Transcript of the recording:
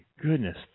goodness